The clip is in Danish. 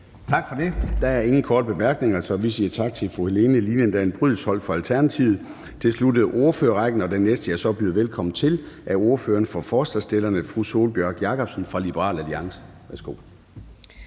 Tak for det. Der er ingen korte bemærkninger, så vi siger tak til fru Helene Liliendahl Brydensholt fra Alternativet. Det sluttede ordførerrækken, og den næste, jeg byder velkommen til, er ordføreren for forslagsstillerne, fru Sólbjørg Jakobsen fra Liberal Alliance. Værsgo.